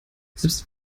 selbst